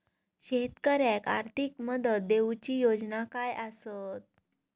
शेतकऱ्याक आर्थिक मदत देऊची योजना काय आसत?